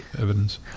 evidence